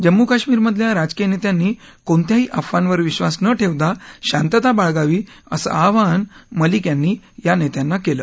जम्मू काश्मीरमधल्या राजकीय नेत्यांनी कोणत्याही अफवांवर विश्वास न ठेवता शांतता बाळगावी असं आवाहन मलिक यांनी या नेत्यांना केलं